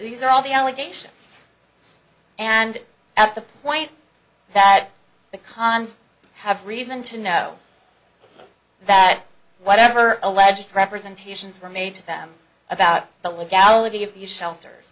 these are all the allegations and at the point that the cons have reason to know that whatever alleged representations were made to them about the